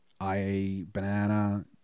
iBanana